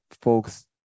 folks